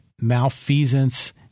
malfeasance